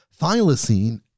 thylacine